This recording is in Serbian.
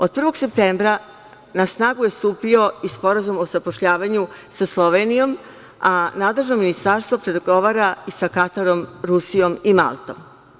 Od 1. septembra na snagu je stupio i Sporazum o zapošljavanju sa Slovenijom, a nadležno ministarstvo pregovara i sa Katarom, Rusijom i Maltom.